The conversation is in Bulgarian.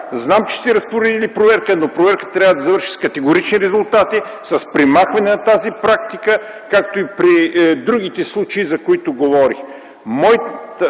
Знам, че сте разпоредили проверка, но проверката трябва да завърши с категорични резултати, с премахване на тази практика, както и при другите случаи, за които говорих.